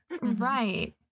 Right